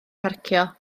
parcio